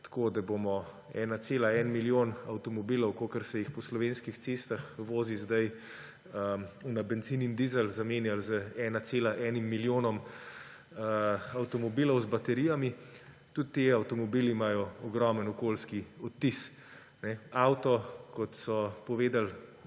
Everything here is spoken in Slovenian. tako, da bomo 1,1 milijon avtomobilov, kolikor se jih po slovenskih cestah vozi sedaj na bencin in dizel, zamenjali z 1,1 milijonom avtomobilov z baterijami. Tudi ti avtomobili imajo ogromno okoljski odtis. Avto, kot so povedali